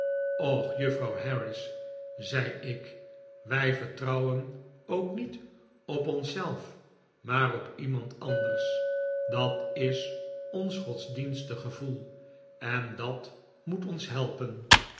och juffrouw harris zei ik wij vertrouwen ook niet op ons zelf maar op iemand anders dat is ons godsdienstig gevoel en dat moet ons helpen